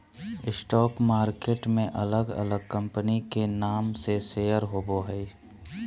stock market में अलग अलग कंपनी के नाम से शेयर होबो हइ